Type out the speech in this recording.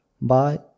Bye